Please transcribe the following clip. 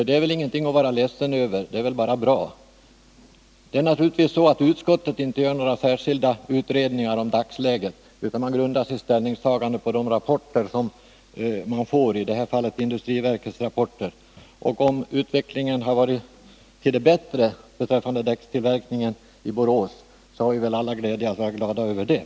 Det är väl ingenting att vara ledsen över, det är väl bara bra. Utskottet gör naturligtvis inte några särskilda utredningar om dagsläget, utan man grundar sitt ställningstagande på de rapporter som man får, i det här fallet industriverkets rapporter. Och om utvecklingen har varit till det bättre beträffande däckstillverkningen i Borås har vi väl alla anledning att vara glada över det.